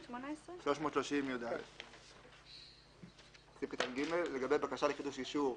סעיף 330יא. "לגבי בקשה לחידוש אישור,